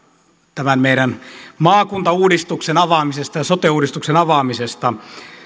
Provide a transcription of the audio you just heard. tämän meidän maakuntauudistuksen erinomaisesta avaamisesta ja sote uudistuksen avaamisesta